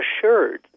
assured